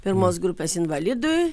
pirmos grupės invalidui